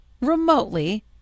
remotely